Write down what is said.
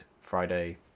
Friday